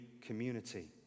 community